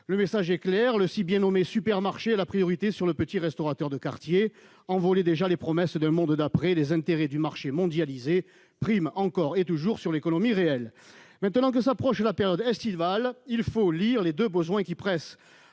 Le message est clair : le si bien nommé supermarché a la priorité sur le petit restaurateur de quartier. Envolées déjà les promesses d'un « monde d'après », les intérêts du marché mondialisé priment encore et toujours sur l'économie réelle. Maintenant que s'approche la période estivale, il faut entendre les deux besoins qui pressent.